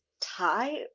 tie